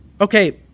Okay